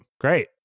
Great